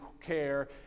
care